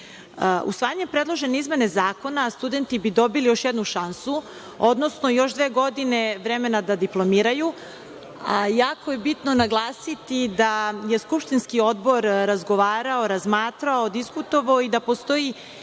godine. Usvajanjem predložene izmene Zakona studenti bi dobili još jednu šansu, odnosno još dve godine vremena da dipolomiraju. Jako je bitno naglasiti da je skupštinski odbor razgovarao, razmatrao, diskutovao i da postoji